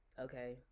okay